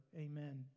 Amen